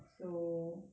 so